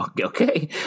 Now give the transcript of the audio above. okay